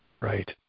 Right